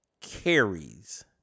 carries